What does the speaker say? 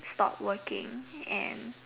stop working and